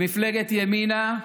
למפלגת ימינה,